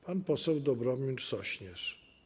Pan poseł Dobromir Sośnierz.